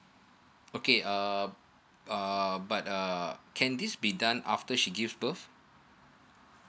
okay uh uh but uh can this be done after she give birth